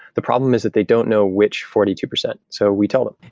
the problem is that they don't know which forty two percent. so we tell them.